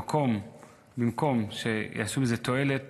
במקום שיביאו עם זה תועלת